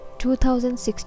2016